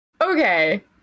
Okay